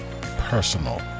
personal